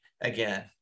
again